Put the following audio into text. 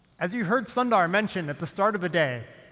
as you heard sundar mention at the start of the day,